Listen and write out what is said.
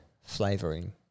flavoring